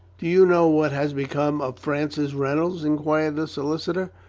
do you know what has become of francis rey nolds? inquired the solicitor.